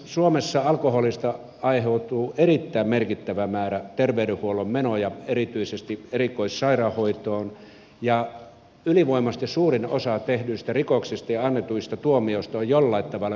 suomessa alkoholista aiheutuu erittäin merkittävä määrä terveydenhuollon menoja erityisesti erikoissairaanhoitoon ja ylivoimaisesti suurin osa tehdyistä rikoksista ja annetuista tuomioista on jollain tavalla yhteydessä alkoholiin